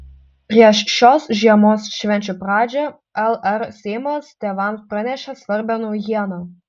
prieš šios žiemos švenčių pradžią lr seimas tėvams pranešė svarbią naujieną